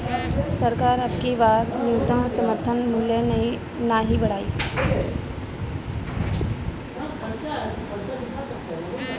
सरकार अबकी बार न्यूनतम समर्थन मूल्य नाही बढ़ाई